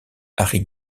harry